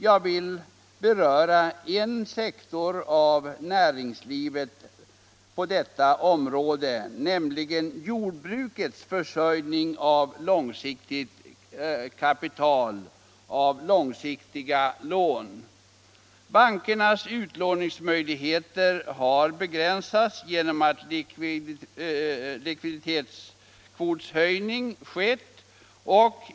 Jag vill beröra en sektor av näringslivet på detta område, nämligen jordbrukets försörjning med långsiktigt kapital, långsiktiga lån. Bankernas utlåningsmöjligheter har begränsats bl.a. genom en höjning av likviditetskvoten.